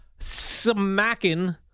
smacking